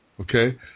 Okay